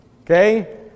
Okay